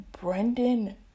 brendan